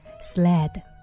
Sled